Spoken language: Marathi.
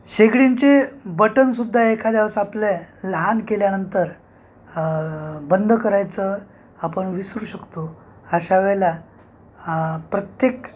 शेगडींचे बटनसुद्धा एखाद्यावेळेस आपले लहान केल्यानंतर बंद करायचं आपण विसरू शकतो अशावेळेला प्रत्येक